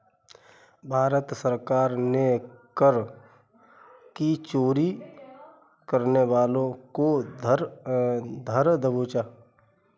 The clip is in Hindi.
भारत सरकार ने कर की चोरी करने वालों को धर दबोचा